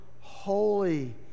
holy